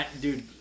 Dude